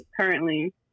currently